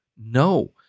No